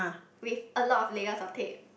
with a lot of layers of tape